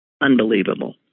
Unbelievable